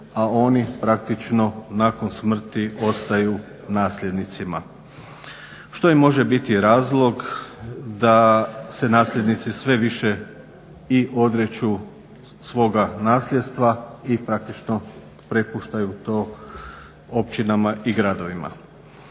a oni praktično nakon smrti ostaju nasljednicima, što i može biti razlog da se nasljednici sve više i odriču svoga nasljedstva i praktično prepuštaju to općinama i gradovima.